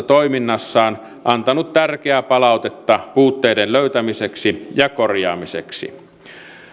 toiminnassaan antanut tärkeää palautetta puutteiden löytämiseksi ja korjaamiseksi